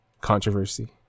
controversy